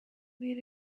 made